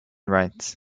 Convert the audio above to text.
rights